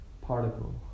particle